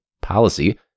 policy